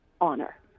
honor